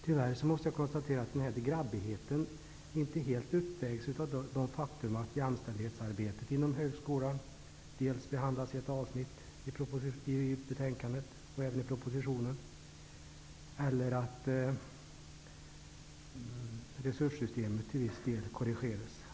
Tyvärr måste jag konstatera att denna grabbighet inte helt uppvägs av att resurssystemet till viss del korrigeras eller av det faktum att jämställdhetsarbetet inom högskolan behandlas i ett avsnitt dels i propositionen, dels i betänkandet.